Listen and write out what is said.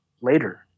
later